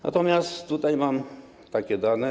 Natomiast tutaj mam takie dane.